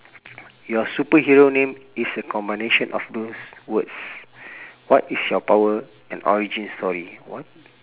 your superhero name is a combination of those words what is your power and origin story what